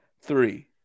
Three